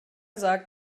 sagt